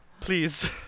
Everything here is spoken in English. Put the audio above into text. please